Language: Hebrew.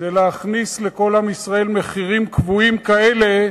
להכניס לכל עם ישראל מחירים קבועים כאלה,